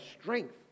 strength